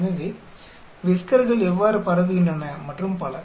எனவே விஸ்கர்கள் எவ்வாறு பரவுகின்றன மற்றும் பல